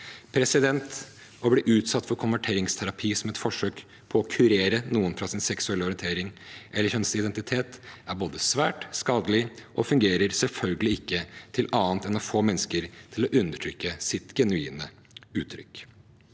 Det å bli utsatt for konverteringsterapi som et forsøk på å kurere noen fra deres seksuelle orientering eller kjønnsidentitet, er svært skadelig og fungerer selvfølgelig ikke til annet enn å få mennesker til å undertrykke sitt genuine uttrykk.